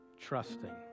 trusting